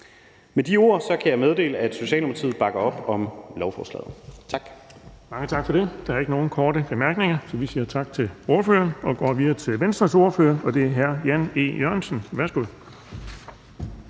Med de ord kan jeg meddele, at Socialdemokratiet bakker op om lovforslaget. Tak.